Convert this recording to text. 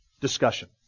discussion